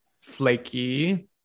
flaky